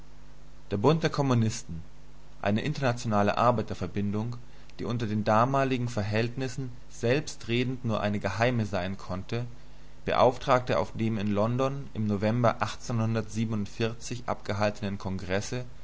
der bund der kommunisten eine internationale arbeiterverbindung die unter den damaligen verhältnissen selbstredend nur eine geheime sein konnte beauftragte auf dem in london im november abgehaltenen kongresse